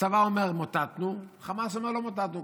הצבא אומר: מוטטנו, חמאס אומר: לא מוטטנו.